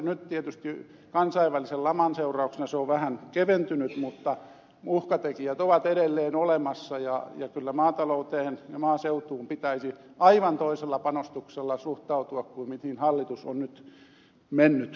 nyt tietysti kansainvälisen laman seurauksena se on vähän keventynyt mutta uhkatekijät ovat edelleen olemassa ja kyllä maatalouteen ja maaseutuun pitäisi aivan toisella panostuksella suhtautua kuin mihin hallitus on nyt mennyt